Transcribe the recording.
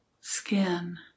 skin